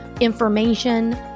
information